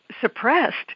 suppressed